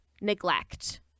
neglect